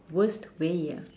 worst way ah